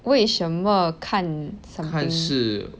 为什么看 something